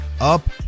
up